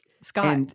Scott